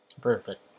Perfect